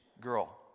girl